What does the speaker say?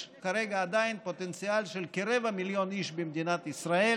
יש כרגע עדיין פוטנציאל של כרבע מיליון איש במדינת ישראל